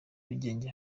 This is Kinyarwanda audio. nyarugenge